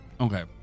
Okay